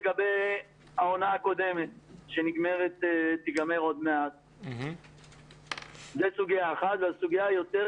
לגבי העונה הקודמת שתיגמר עוד מעט והסוגיה היותר